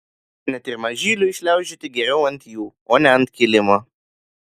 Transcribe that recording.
net ir mažyliui šliaužioti geriau ant jų o ne ant kilimo